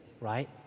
right